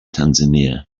tanzania